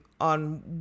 on